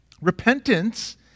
repentance